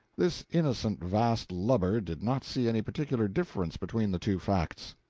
this innocent vast lubber did not see any particular difference between the two facts.